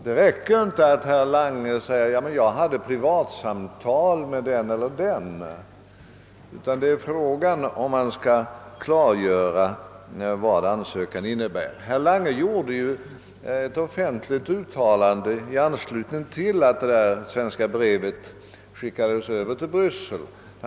Det räcker inte att herr Lange hänvisar till privatsamtal med den eller den, utan man bör klargöra vad ansökan innebär. Herr Lange gjorde ju ett offentligt uttalande i anslutning till att det svenska brevet skickades över till Bryssel.